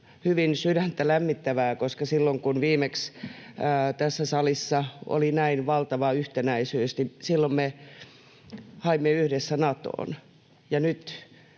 hyvin sydäntä lämmittävää, koska silloin, kun viimeksi tässä salissa oli näin valtava yhtenäisyys, me haimme yhdessä Natoon. Ja nyt